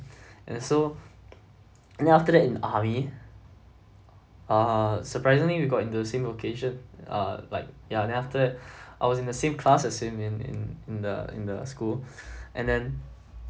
and so and then after that in army ah surprisingly we got into same occasion ah like ya then after that I was in the same class as him in in in the in the school and then